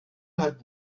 hat